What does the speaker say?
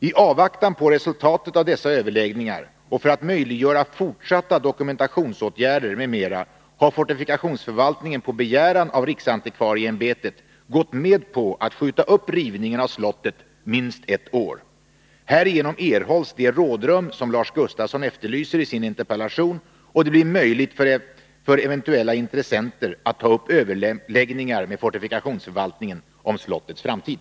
I avvaktan på resultatet av dessa överläggningar och för att möjliggöra fortsatta dokumentationsåtgärder m.m. har fortifikationsförvaltningen på begäran av riksantikvarieämbetet gått med på att skjuta upp rivningen av slottet minst ett år. Härigenom erhålls det rådrum som Lars Gustafsson efterlyser i sin interpellation, och det blir möjligt för eventuella intressenter att ta upp överläggningar med fortifikationsförvaltningen om slottets framtid.